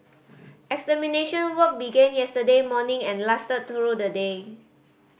extermination work begin yesterday morning and lasted through the day